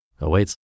awaits